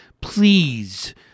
Please